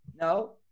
No